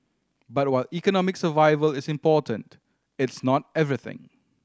but while economic survival is important it's not everything